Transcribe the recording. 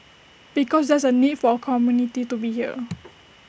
because there's A need for A community to be here